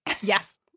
Yes